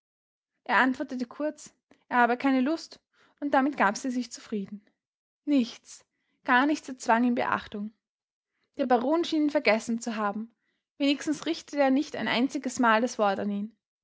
er antwortete kurz er habe keine lust und damit gab sie sich zufrieden nichts gar nichts erzwang ihm beachtung der baron schien ihn vergessen zu haben wenigstens richtete er nicht ein einziges mal das wort an ihn